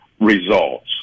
results